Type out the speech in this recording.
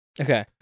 Okay